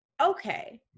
okay